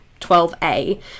12A